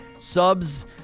subs